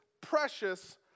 precious